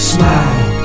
Smile